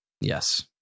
yes